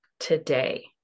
Today